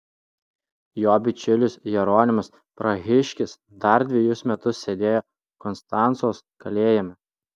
jo bičiulis jeronimas prahiškis dar dvejus metus sėdėjo konstancos kalėjime